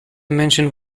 menschen